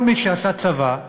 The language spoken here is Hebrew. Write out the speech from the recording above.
כל מי שעשה צבא,